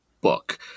book